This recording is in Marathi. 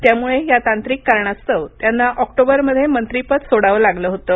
त्यामुळे या तांत्रिक कारणास्तव त्यांना ऑक्टोबरमध्ये मंत्रीपद सोडावं लागलं होतं